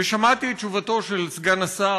שמעתי את תשובתו של סגן השר,